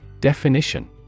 Definition